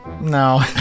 No